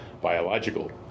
Biological